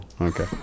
okay